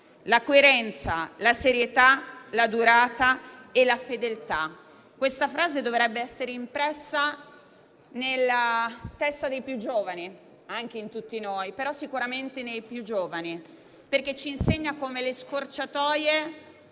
la coerenza, la serietà, la durata e la fedeltà. Questa frase dovrebbe essere impressa nella testa dei più giovani (anche in tutti noi, ma sicuramente nei più giovani), perché ci insegna come le scorciatoie